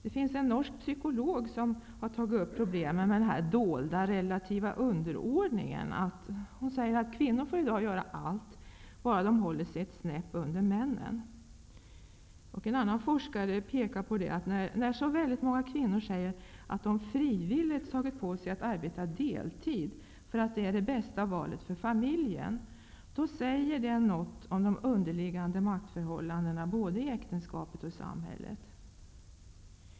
En norsk psykolog har tagit upp problemet med den dolda relativa underordningen. Hon säger: Kvinnorna tillåts i dag göra allt, bara de håller sig ett snäpp under männen. En annan forskare pekar på att när så väldigt många kvinnor säger att de frivilligt arbetar deltid -- därför att det är det bästa valet för familjen -- säger det något om de underliggande maktförhållandena i både äktenskapet och samhället.